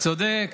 אתה צודק.